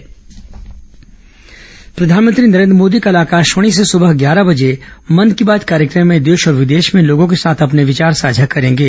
मन की बात प्रधानमंत्री नरेन्द्र मोदी कल आकाशवाणी से सुबह ग्यारह बजे मन की बात कार्यक्रम में देश और विदेश में लोगों के साथ अपने विचार साझा करेंगे